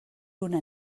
una